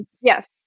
Yes